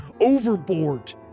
overboard